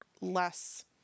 less